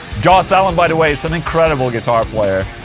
joss allen by the way is an incredible guitar player